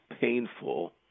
painful